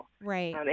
Right